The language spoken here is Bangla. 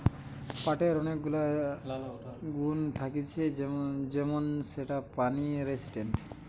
পাটের অনেক গুলা গুণা থাকতিছে যেমন সেটা পানি রেসিস্টেন্ট